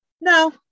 no